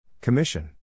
Commission